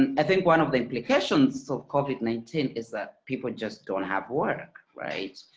and i think one of the implications of covid nineteen is that people just don't have work. right.